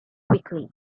quickly